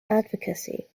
advocacy